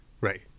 Right